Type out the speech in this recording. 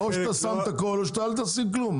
או שאתה שם את הכול או שלא תשים כלום.